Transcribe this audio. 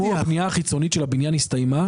הבנייה החיצונית של הבניין הסתיימה.